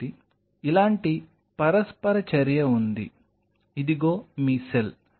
కాబట్టి ఇలాంటి పరస్పర చర్య ఉంది ఇదిగో మీ సెల్